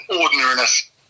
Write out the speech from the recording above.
ordinariness